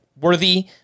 worthy